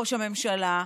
ראש הממשלה,